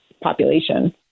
population